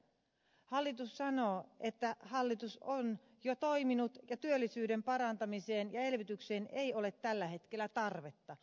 hallitus sanoo että hallitus on jo toiminut ja työllisyyden parantamiseen ja elvytykseen ei ole tällä hetkellä tarvetta